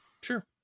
Sure